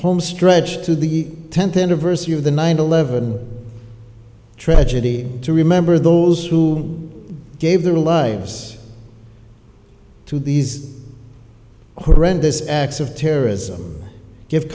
homestretch to the tenth anniversary of the nine eleven tragedy to remember those who gave their lives to these horrendous acts of terrorism give